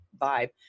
vibe